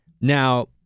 Now